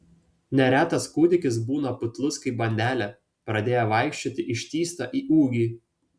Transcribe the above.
neretas kūdikis būna putlus kaip bandelė pradėję vaikščioti ištįsta į ūgį